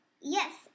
Yes